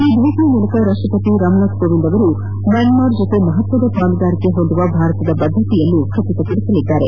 ಈ ಭೇಟಿಯ ಮೂಲಕ ರಾಷ್ಟ್ರಪತಿ ಕೋವಿಂದ್ ಅವರು ಮ್ಯಾನ್ಮಾರ್ ಜೊತೆ ಮಹತ್ವದ ಪಾಲುದಾರಿಕೆ ಹೊಂದುವ ಭಾರತದ ಬದ್ದತೆಯನ್ನು ದ್ಬಢಪಡಿಸಲಿದ್ದಾರೆ